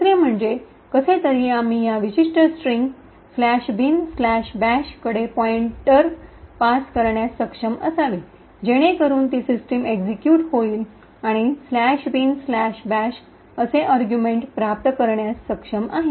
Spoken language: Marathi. दुसरे म्हणजे कसे तरी आम्ही या विशिष्ट स्ट्रिंग " bin bash" कडे पॉईंटर पास करण्यास सक्षम असावे जेणेकरुन ती सिस्टम एक्शिक्यूट होईल आणि " bin bash" असे अर्गुमेन्ट प्राप्त करण्यास सक्षम आहे